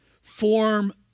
form